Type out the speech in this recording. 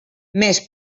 més